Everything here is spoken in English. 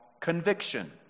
conviction